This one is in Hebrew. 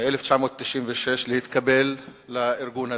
מ-1996, להתקבל לארגון הזה.